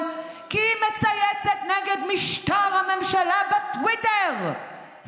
כי היא מצייצת נגד משטר הממשלה בטוויטר,